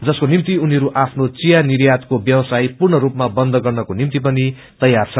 जसको निम्ति उनीहरूङरू आफ्नो थिया निर्यातको व्यवसाय पूर्ण यपमा बन्द गर्नको निम्ति पनि तैयार छन्